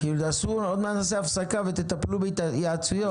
עוד מעט נעשה הפסקה ותטפלו בהתייעצויות.